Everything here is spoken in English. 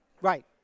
Right